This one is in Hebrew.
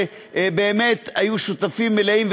שבאמת היו שותפים מלאים,